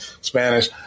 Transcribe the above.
Spanish